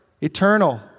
eternal